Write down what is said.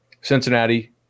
Cincinnati